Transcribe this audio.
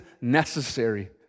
necessary